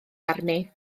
arni